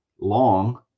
long